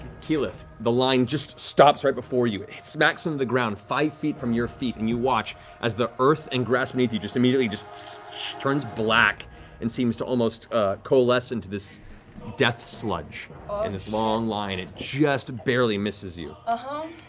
keyleth, the line just stops right before you. it smacks into and the ground five feet from your feet and you watch as the earth and grass beneath you just immediately turns black and seems to almost coalesce into this death-sludge in this long line. it just barely misses you. ah